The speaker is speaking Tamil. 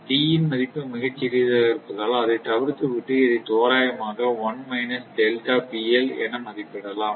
D மதிப்பு சிறியதாக இருப்பதால் அதை தவித்து விட்டு இதை தோராயமாக 1 மைனஸ் டெல்டா PL என மதிப்பிடலாம்